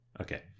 okay